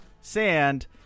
sand